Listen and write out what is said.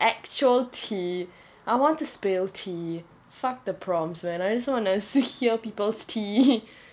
actual tea I want to spill tea fuck the prompts man I just wanna see hear people's tea